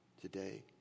today